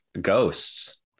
ghosts